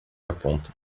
aponta